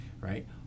right